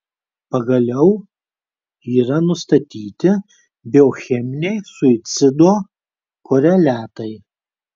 pagaliau yra nustatyti biocheminiai suicido koreliatai